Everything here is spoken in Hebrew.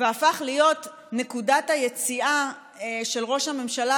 והפך להיות נקודת היציאה של ראש הממשלה,